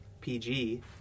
PG